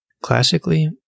Classically